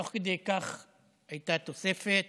תוך כדי כך הייתה תוספת